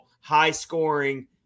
high-scoring